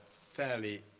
fairly